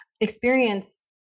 Experience